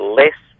less